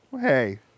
Hey